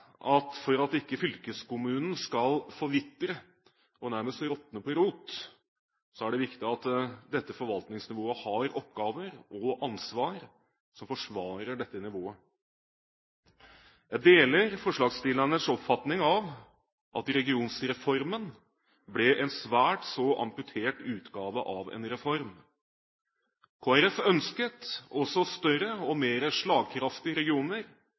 at for at ikke fylkeskommunen skal forvitre og nærmest råtne på rot, er det viktig at dette forvaltningsnivået har oppgaver og ansvar som forsvarer dette nivået. Jeg deler forslagsstillernes oppfatning av at regionreformen ble en svært så amputert utgave av en reform. Kristelig Folkeparti ønsket også større og mer slagkraftige regioner